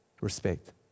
Respect